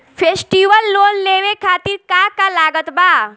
Festival loan लेवे खातिर का का लागत बा?